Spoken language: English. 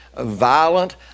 violent